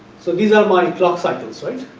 so, these are my clock cycles right.